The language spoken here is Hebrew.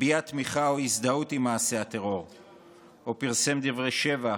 הביע תמיכה או הזדהות עם מעשה הטרור או פרסם דברי שבח,